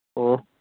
ꯑꯣ